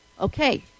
okay